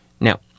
Now